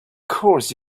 course